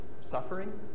suffering